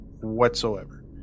whatsoever